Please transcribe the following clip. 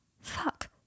Fuck